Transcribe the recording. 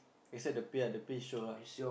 except the pay ah the pay shiok ah